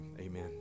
Amen